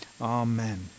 Amen